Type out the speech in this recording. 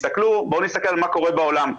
נסתכל מה קורה בעולם.